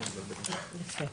יפה.